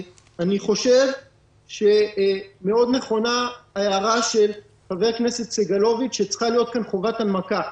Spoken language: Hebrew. נכונה מאוד ההערה של חבר הכנסת סגלוביץ' שצריכה להיות כאן חובת הנמקה.